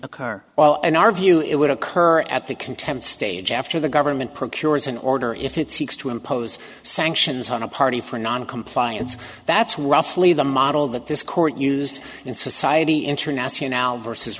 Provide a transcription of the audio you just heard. occur well in our view it would occur at the contempt stage after the government procures an order if it seeks to impose sanctions on a party for noncompliance that's roughly the model that this court used in society internets you now versus